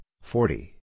forty